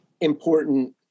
important